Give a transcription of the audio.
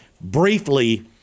briefly